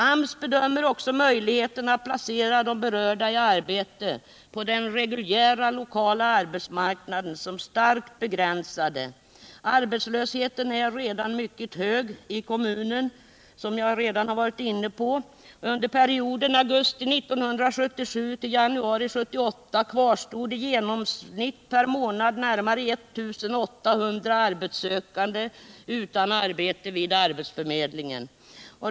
AMS bedömer också möjligheterna att placera de berörda i arbete på den reguljära lokala arbetsmarknaden som starkt begränsade. Arbetslösheten är redan mycket hög i kommunen, vilket jag tidigare berört. Under perioden augusti 1977-januari 1978 kvarstod i genomsnitt per månad närmare 1 800 arbetssökande utan arbete vid arbetsförmedlingen.